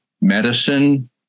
medicine